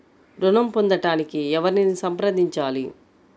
ఋణం పొందటానికి ఎవరిని సంప్రదించాలి?